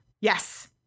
Yes